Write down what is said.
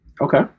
Okay